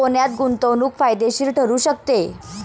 सोन्यात गुंतवणूक फायदेशीर ठरू शकते